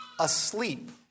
asleep